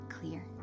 clear